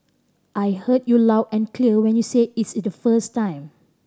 I heard you loud and clear when you said it the first time